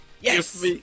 Yes